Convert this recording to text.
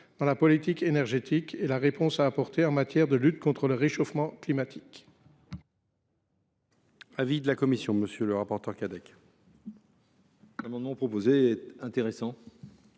dans la politique énergétique et dans la réponse à apporter en matière de lutte contre le réchauffement climatique.